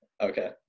Okay